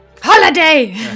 HOLIDAY